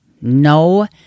No